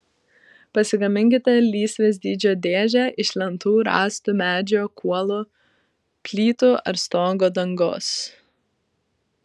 pasigaminkite lysvės dydžio dėžę iš lentų rąstų medžio kuolų plytų ar stogo dangos